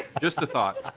just a thought.